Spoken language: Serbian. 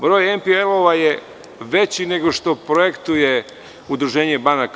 Broj MPV je veći nego što projektuje udruženje banaka.